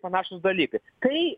panašūs dalykai kai